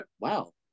wow